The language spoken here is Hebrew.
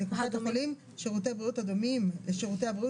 החולים שירותי בריאות הדומים לשירותי הבריאות